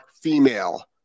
female